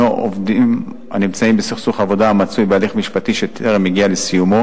עובדים הנמצאים בסכסוך עבודה המצוי בהליך משפטי שטרם הגיע לסיומו.